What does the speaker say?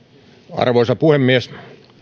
arvoisa puhemies